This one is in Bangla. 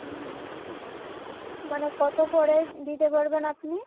মানে কত করে দিতে পারবেন আপনি